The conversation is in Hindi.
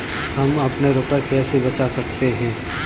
हम अपने रुपये कैसे बचा सकते हैं?